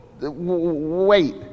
Wait